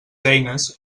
eines